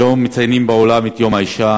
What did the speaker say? היום מציינים בעולם את יום האישה.